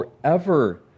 forever